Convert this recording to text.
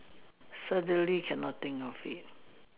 suddenly cannot think of it